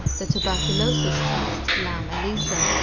the tuberculosis test lam-elisa,